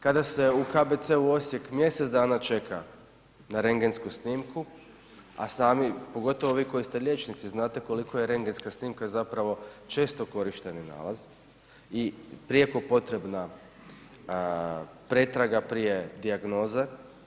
Kada se u KBC-u Osijek mjesec dana čeka na rendgensku snimku a sami, pogotovo vi koji ste liječnici znate koliko je rendgenska snimka zapravo često korišteni nalaz i prijeko potrebna pretraga prije dijagnoze.